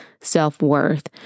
self-worth